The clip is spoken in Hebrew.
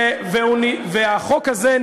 החוק הזה,